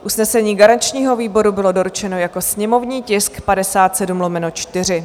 Usnesení garančního výboru bylo doručeno jako sněmovní tisk 57/4.